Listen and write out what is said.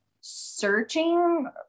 searching